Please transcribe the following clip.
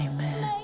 Amen